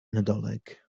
nadolig